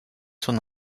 son